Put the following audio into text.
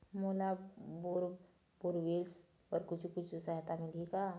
मोला bore borewells बर कुछू कछु सहायता मिलही का?